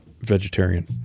vegetarian